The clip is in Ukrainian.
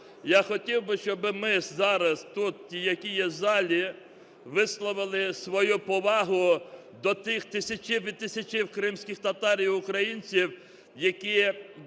я хотів би, щоб ми зараз тут, які є в залі, висловили свою повагу до тих тисячів і тисячів кримських татар і українців, які